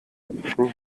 wird